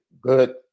good